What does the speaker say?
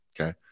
Okay